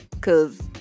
Cause